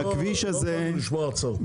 לא באנו לכאן לשמוע הרצאות.